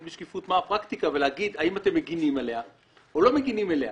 בשקיפות מה הפרקטיקה ולהגיד האם אתם מגנים עליה או לא מגנים עליה.